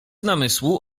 namysłu